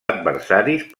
adversaris